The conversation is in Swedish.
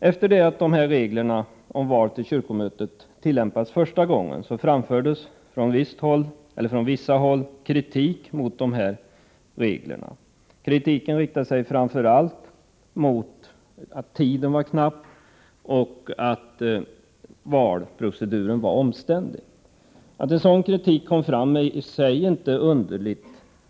Efter det att dessa regler om val till kyrkomöte tillämpats första gången framfördes från vissa håll kritik mot reglerna. Den riktade sig framför allt mot att tiden var knapp och att valproceduren var omständlig. Att en sådan kritik kom fram är i sig inte underligt.